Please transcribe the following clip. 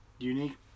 unique